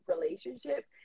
relationship